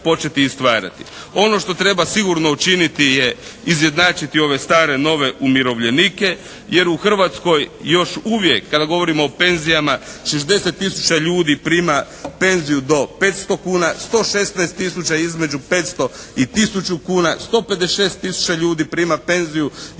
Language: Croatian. Ono što treba sigurno učiniti je izjednačiti ove stare nove umirovljenike jer u Hrvatskoj još uvijek kada govorimo o penzijama 60 tisuća ljudi prima penziju do 500 kuna. 116 tisuća između 500 i tisuću kuna. 156 tisuća ljudi prima penziju između 1000 i 1500 kuna,